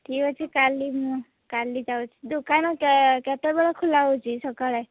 ଠିକ୍ ଅଛି ଠିକ୍ ଅଛି କାଲି ମୁଁ କାଲି ଯାଉଛି ଦୋକାନ କେତେବେଳେ ଖୋଲା ହେଉଛି ସକାଳେ